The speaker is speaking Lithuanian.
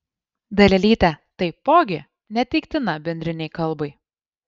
dalelytė taipogi neteiktina bendrinei kalbai